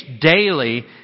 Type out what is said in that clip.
daily